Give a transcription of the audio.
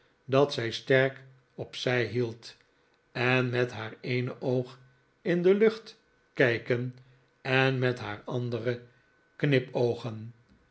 dat zij sterk op zij hield en met haar eene oog in de lucht kijken en met het andere knipoogen